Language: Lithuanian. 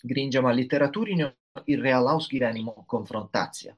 grindžiama literatūriniu ir realaus gyvenimo konfrontacija